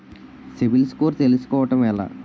CIBIL score తెల్సుకోటం ఎలా?